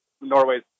Norway